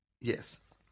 Yes